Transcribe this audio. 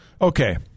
Okay